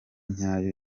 nyayo